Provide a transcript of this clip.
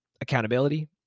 accountability